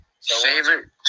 favorite